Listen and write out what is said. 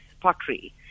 pottery